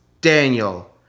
Daniel